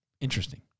Interesting